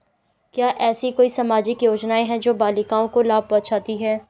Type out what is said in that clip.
क्या ऐसी कोई सामाजिक योजनाएँ हैं जो बालिकाओं को लाभ पहुँचाती हैं?